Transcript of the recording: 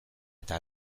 eta